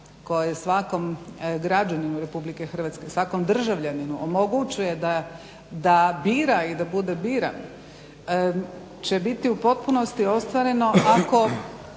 koje svakom građaninu RH, svakom državljaninu omogućuje da bira, i da bude biran će biti u potpunosti ostvareno ako